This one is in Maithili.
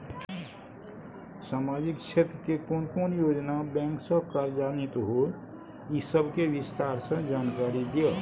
सामाजिक क्षेत्र के कोन कोन योजना बैंक स कार्यान्वित होय इ सब के विस्तार स जानकारी दिय?